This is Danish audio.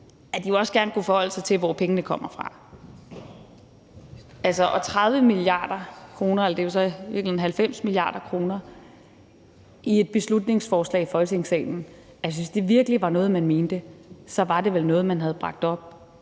man jo også gerne skulle forholde sig til, hvor pengene kommer fra. Og i forhold til 30 mia. kr. – eller det er så i virkeligheden 90 mia. kr. – i et beslutningsforslag fremsat i Folketingssalen synes jeg, at hvis det virkelig var noget, man mente, så var det vel noget, man havde bragt op